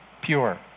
pure